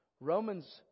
Romans